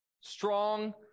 Strong